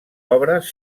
obres